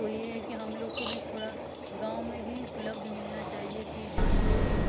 तो ये है कि हम लोग को भी थोड़ा गाँव में भी उपलब्ध मिलना चाहिए कि जो कोई